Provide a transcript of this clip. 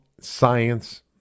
science